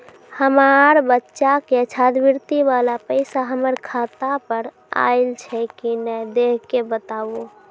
हमार बच्चा के छात्रवृत्ति वाला पैसा हमर खाता पर आयल छै कि नैय देख के बताबू?